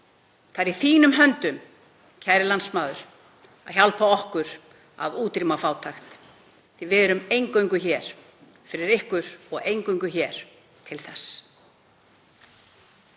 Það er í þínum höndum, kæri landsmaður, að hjálpa okkur að útrýma fátækt því að við erum eingöngu hér fyrir ykkur og eingöngu hér til þess.